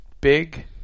big